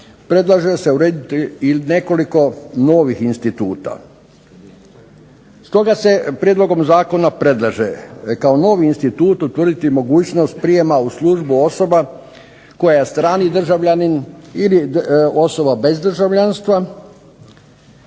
predlaže se urediti i nekoliko novih instituta. Stoga se prijedlogom zakona predlaže kao novi institut utvrditi mogućnost prijema u službu osoba koja je strani državljanin ili osoba bez državljanstva